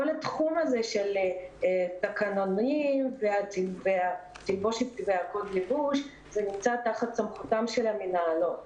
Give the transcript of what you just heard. כל התחום הזה של תקנונים וקוד לבוש נמצא תחת סמכותן של המנהלות.